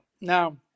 Now